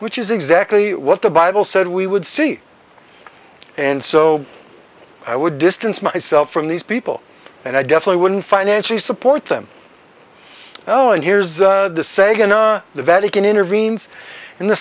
which is exactly what the bible said we would see and so i would distance myself from these people and i definitely wouldn't financially support them oh and here's the second the vatican intervenes in the